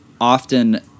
often